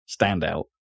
standout